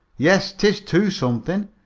yes, tis too something.